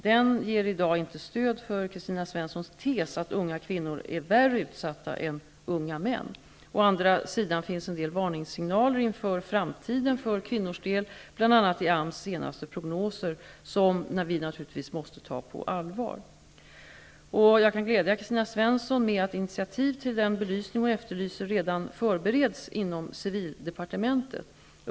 Den ger i dag inte stöd för Kristina Svenssons tes att unga kvinnor är värre utsatta än unga män. Å andra sidan finns det en del varningssignaler inför framtiden för kvinnornas del, bl.a. i AMS senaste prognoser, som vi naturligtvis måste ta på allvar. Jag kan glädja Kristina Svensson med att initiativ till den belysning hon efterlyser redan förbereds inom civildepartementet.